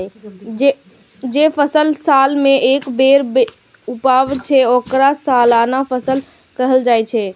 जे फसल साल मे एके बेर उपजै छै, ओकरा सालाना फसल कहल जाइ छै